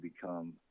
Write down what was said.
become